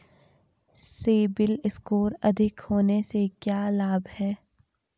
CIBIL score अधिक होने से क्या लाभ हैं?